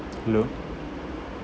hello